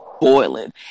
boiling